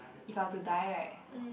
if I were to die right